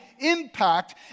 impact